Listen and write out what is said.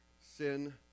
sin